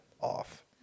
off